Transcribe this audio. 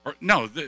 No